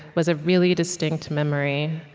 was a really distinct memory.